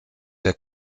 der